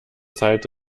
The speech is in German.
zeit